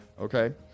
Okay